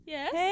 Yes